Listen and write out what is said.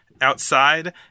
outside